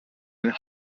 and